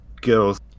girls